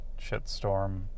shitstorm